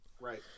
Right